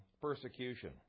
persecution